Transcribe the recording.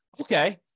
Okay